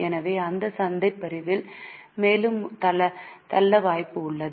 எனவே அந்த சந்தைப் பிரிவில் மேலும் தள்ள வாய்ப்பு உள்ளதா